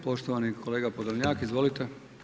Poštovani kolega Podolnjak, izvolite.